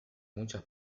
muchas